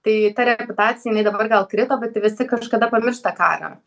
tai ta reputacija jinai dabar gal krito bet visi kažkada pamirš tą karą